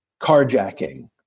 Carjacking